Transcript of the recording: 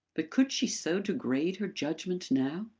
but could she so degrade her judgment now?